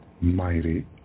mighty